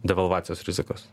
devalvacijos rizikos